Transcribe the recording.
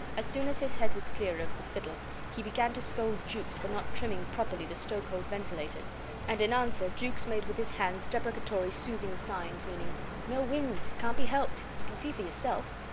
as soon as his head was clear of the fiddle he began to scold jukes for not trimming properly the stokehold ventilators and in answer jukes made with his hands deprecatory soothing signs meaning no wind cant be helped you can see for yourself.